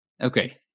Okay